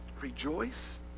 rejoice